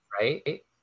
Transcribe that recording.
right